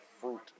fruit